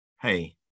Hey